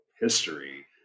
history